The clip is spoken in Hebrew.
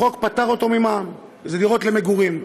החוק פטר אותו ממע"מ, כי זה דירות למגורים.